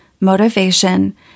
motivation